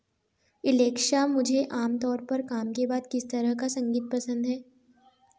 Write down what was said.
Alexa मुझे आमतौर पर काम के बाद किस तरह का संगीत पसंद है